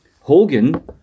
Hogan